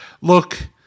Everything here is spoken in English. look